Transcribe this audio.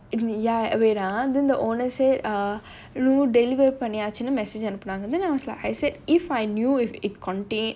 ya wait ah then the owner said deliver பண்ணியாச்சுன்னு:panniyaachunu message அனுப்புனாங்க:anupunaanga then I was like I said if I knew if it contained